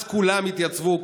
אז כולם התייצבו,